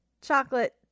chocolate